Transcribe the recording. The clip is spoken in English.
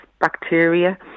bacteria